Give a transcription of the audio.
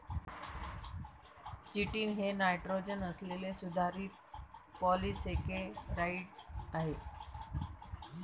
chitin हे nitrogen असलेले सुधारित पॉलिसेकेराइड आहे